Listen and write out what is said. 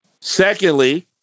Secondly